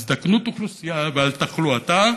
על הזדקנות אוכלוסייה ועל תחלואתה,